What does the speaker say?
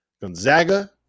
Gonzaga